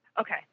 Okay